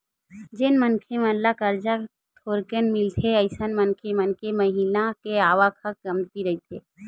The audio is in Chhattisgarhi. जेन मनखे मन ल करजा थोरेकन मिलथे अइसन मनखे मन के महिना के आवक ह कमती रहिथे